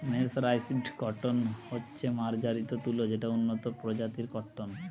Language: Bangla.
মের্সরাইসড কটন হচ্ছে মার্জারিত তুলো যেটা উন্নত প্রজাতির কট্টন